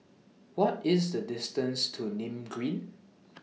What IS The distance to Nim Green